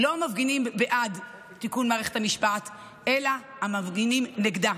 לא המפגינים בעד תיקון מערכת המשפט אלא המפגינים נגדו.